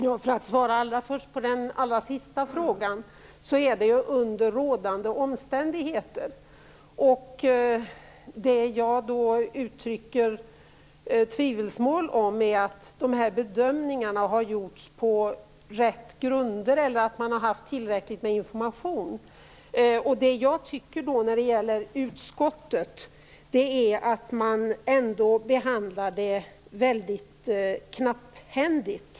Herr talman! För att först svara på den sista frågan vill jag säga att jag anser att man skall ha det under rådande omständigheter. Jag tvivlar på att bedömningarna har gjorts på rätt grunder eller att man har haft tillräckligt med information. Jag tycker att utskottet behandlar detta väldigt knapphändigt.